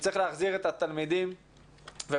שצריך להחזיר את התלמידים ובהקדם,